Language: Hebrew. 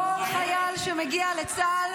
אני מברכת כל חייל שמגיע לצה"ל,